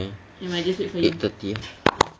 ya eight thirty ya